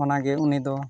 ᱚᱱᱟᱜᱮ ᱩᱱᱤ ᱫᱚ